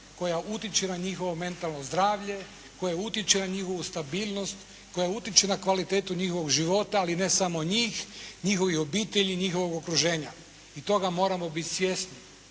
koja utiče na njihovo mentalno zdravlje, koja utiče na njihovu stabilnost, koja utiče na kvalitetu njihovog života, ali ne samo njih, njihovih obitelj, njihovog okruženja i toga moramo biti svjesni.